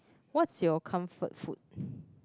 what's your comfort food